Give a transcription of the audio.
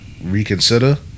reconsider